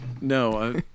no